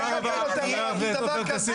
חבר הכנסת עופר כסיף,